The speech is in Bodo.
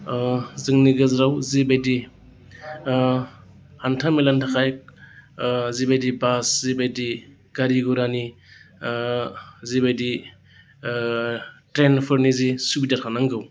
जोंनि गेजेराव जिबायदि हान्थामेलानि थाखाय जिबायदि बास जिबायदि गारि घरानि जिबायदि ट्रेनफोरनि जि सुबिदाखो नांगौ